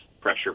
pressure